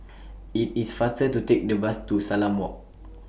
IT IS faster to Take The Bus to Salam Walk